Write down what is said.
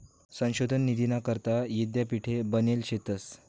संशोधन निधीना करता यीद्यापीठे बनेल शेतंस